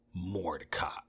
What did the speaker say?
mordecai